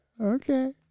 Okay